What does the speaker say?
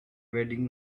wedding